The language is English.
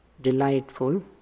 delightful